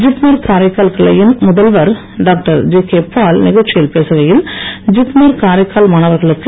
ஜிப்மர் காரைக்கால் கிளையின் முதல்வர் doctor G K Paul இந்நிகழ்ச்சியில் பேசுகையில் ஜிப்மர் காரைக்கால் மாணவர்களுக்கு